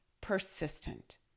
persistent